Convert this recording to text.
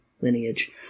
lineage